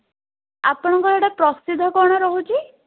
ଆପଣଙ୍କର ଏଇଟା ପ୍ରସିଦ୍ଧ କ'ଣ ରହୁଛି